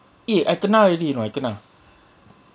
eh I kena already you know I kena